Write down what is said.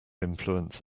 influence